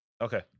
Okay